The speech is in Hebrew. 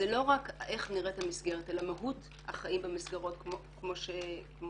זה לא רק איך נראית המסגרת אלא מהות החיים במסגרות כמו שציינת.